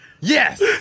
Yes